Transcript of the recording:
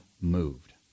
moved